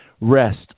rest